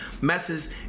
messes